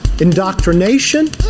Indoctrination